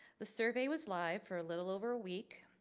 the survey was live for a little over a week.